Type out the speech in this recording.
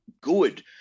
good